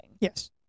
yes